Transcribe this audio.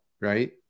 right